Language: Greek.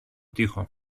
τοίχο